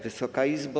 Wysoka Izbo!